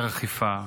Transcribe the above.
זה גם היעדר אכיפה,